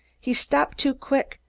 he stopped too quick,